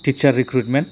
teacher recruitment